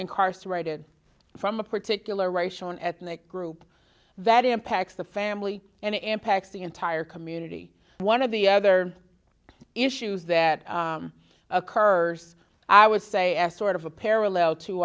incarcerated from a particular racial an ethnic group that impacts the family and impacts the entire community one of the other issues that occurs i would say as sort of a parallel to